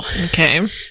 Okay